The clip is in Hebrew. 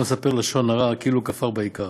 כל המספר לשון הרע כאילו כפר בעיקר,